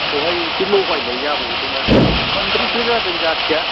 बेवहाय एसे लगायनाय जाबावदों आरो मोनब्रैसो जादों जाथिया